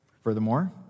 Furthermore